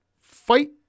Fight